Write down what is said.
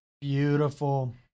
Beautiful